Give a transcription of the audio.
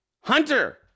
Hunter